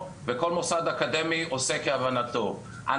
כפי שראינו בתוך מערכת המרצים והדוקטורים